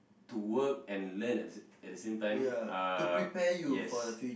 to work and learn at the at the same time uh yes